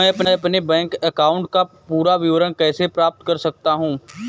मैं अपने bank account का पूरा विवरण कैसे पता कर सकता हूँ?